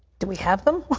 do we have them?